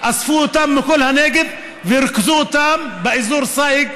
אספו אותם מכל הנגב וריכזו אותם באזור הסייג,